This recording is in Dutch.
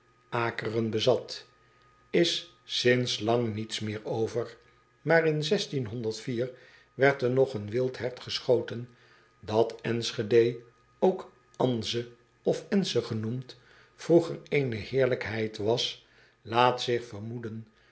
akeren bezat is sints lang niets meer over aar in werd er nog een wild hert geschoten at nschede ook n z e of n z e genoemd vroeger eene heerlijkheid was laat zich vermoeden